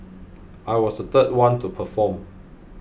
I was the third one to perform